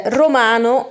romano